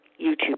YouTube